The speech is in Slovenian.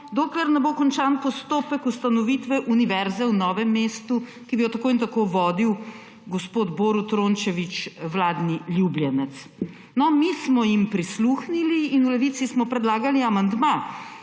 dokler ne bo končan postopek ustanovitve univerze v Novem mestu, ki bi jo tako in tako vodil gospod Borut Rončević, vladni ljubljenec. No, mi smo jim prisluhnili in v Levici smo predlagali amandma,